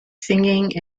singing